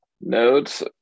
nodes